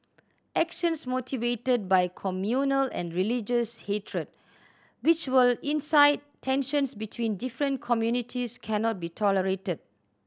actions motivated by communal and religious hatred which will incite tensions between different communities cannot be tolerated